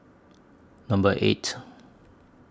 Number eight